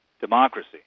democracy